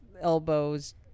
Elbows